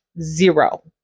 Zero